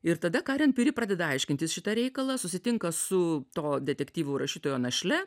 ir tada karen piri pradeda aiškintis šitą reikalą susitinka su to detektyvų rašytojo našle